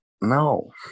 No